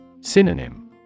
Synonym